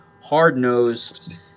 hard-nosed